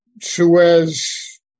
Suez